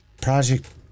project